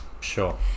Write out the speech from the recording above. Sure